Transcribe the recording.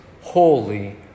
holy